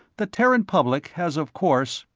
the terran public has of course.